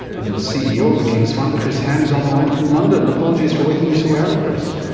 and the ceo of the king's fund, chris ham, is on the line from london. apologies for waking you so early chris.